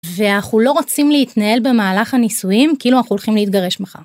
ואנחנו לא רוצים להתנהל במהלך הניסויים כאילו אנחנו הולכים להתגרש מחר.